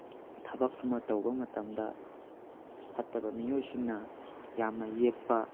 ꯊꯕꯛ ꯑꯃ ꯇꯧꯕ ꯃꯇꯝꯗ ꯐꯠꯇꯕ ꯃꯤꯑꯣꯏꯁꯤꯡꯅ ꯌꯥꯝꯅ ꯌꯦꯠꯄ